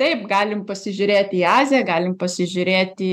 taip galim pasižiūrėt į aziją galim pasižiūrėt į